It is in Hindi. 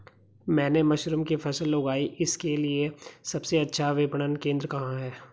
मैंने मशरूम की फसल उगाई इसके लिये सबसे अच्छा विपणन केंद्र कहाँ है?